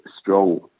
strong